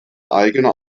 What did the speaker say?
eigener